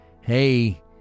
Hey